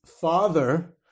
father